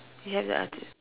do you have the artist